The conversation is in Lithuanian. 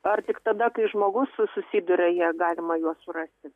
ar tik tada kai žmogus susiduria jie galima juos surasti